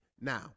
Now